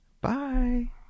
Bye